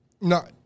No